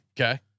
Okay